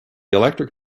electric